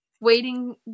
waiting